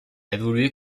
évolué